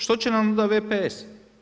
Što će nam onda VPS?